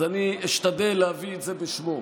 אז אני אשתדל להביא את זה בשמו.